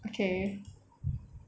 okay